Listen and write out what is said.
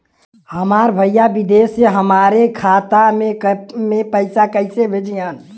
हमार भईया विदेश से हमारे खाता में पैसा कैसे भेजिह्न्न?